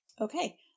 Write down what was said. Okay